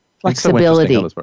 flexibility